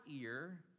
ear